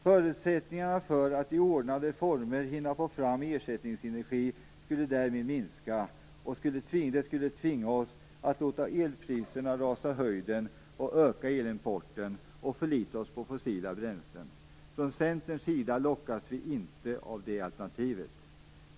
Förutsättningarna för att i ordnade former hinna få fram ersättningsenergi skulle därmed minska. Vi skulle vara tvungna att låta elpriserna skjuta i höjden och öka elimporten, och vi skulle få förlita oss på fossila bränslen. Från Centerns sida lockas vi inte av det alternativet.